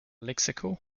lexical